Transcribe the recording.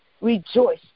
Rejoice